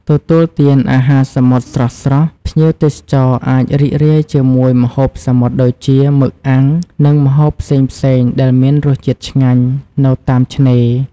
ទទួលទានអាហារសមុទ្រស្រស់ៗ ភ្ញៀវទេសចរអាចរីករាយជាមួយម្ហូបសមុទ្រដូចជា មឹកអាំង និងម្ហូបផ្សេងៗដែលមានរសជាតិឆ្ងាញ់ នៅតាមឆ្នេរ។